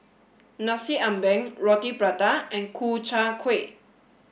Nasi Ambeng Roti Prata and Ku Chai Kueh